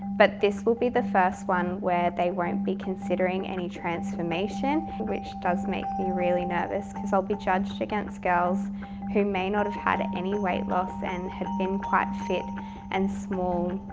but this will be the first one where they won't be considering any transformation, which does make me really nervous. because i'll be judged against girls who may not have had any weight loss and had been quite fit and small,